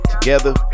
Together